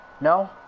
No